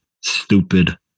stupid